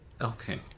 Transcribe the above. Okay